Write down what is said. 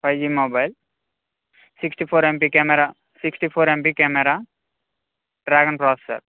five G mobile sixty four M P camera sixty four M P camera dragon processor